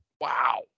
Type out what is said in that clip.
Wow